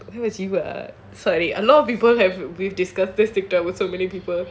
என்ன செய்வ:enna seiva sorry a lot of people we've discussed this TikTok with a lot of people